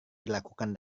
dilakukan